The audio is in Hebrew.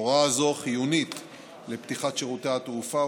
הוראה זו חיונית לפתיחת שירותי התעופה,